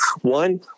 One